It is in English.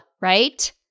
right